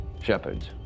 shepherds